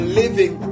living